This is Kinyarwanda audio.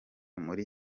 muri